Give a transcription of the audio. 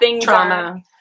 trauma